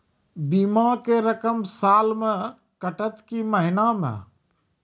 बीमा के रकम साल मे कटत कि महीना मे?